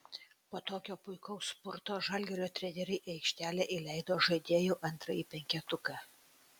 po tokio puikaus spurto žalgirio treneriai į aikštelę įleido žaidėjų antrąjį penketuką